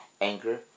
Anchor